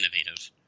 innovative